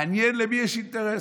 מעניין למי יש אינטרס.